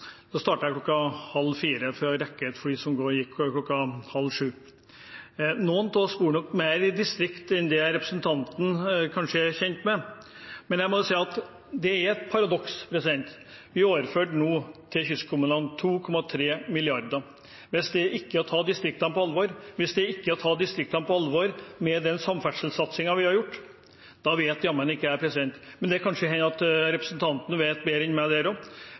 da? Jeg synes det er interessant å få den typen spørsmål. Jeg startet hjemmefra i morges – jeg var på kommunestyremøte i går kveld – kl. 03.30 for å rekke et fly som gikk kl. 06.30. Noen av oss bor nok mer i distriktet enn det representanten kanskje er kjent med. Det er et paradoks, for vi overførte nå til kystkommunene 2,3 mrd. kr. Hvis det ikke er å ta distriktene på alvor, med den samferdselssatsingen vi har hatt, vet jammen ikke jeg. Men det kan hende representanten vet bedre enn meg der også. Det